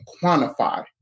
quantify